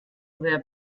sehr